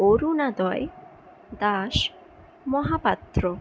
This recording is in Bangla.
অরুণোদয় দাস মহাপাত্র